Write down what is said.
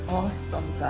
awesome